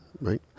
right